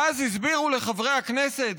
ואז הסבירו לחברי הכנסת,